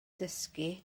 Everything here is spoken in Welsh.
dysgu